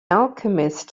alchemist